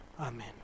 Amen